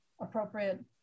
appropriate